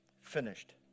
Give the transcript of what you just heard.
finished